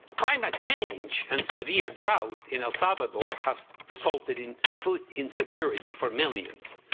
climate change and severe drought in el salvador has resulted in food insecurity for millions.